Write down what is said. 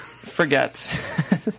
Forget